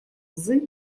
цзы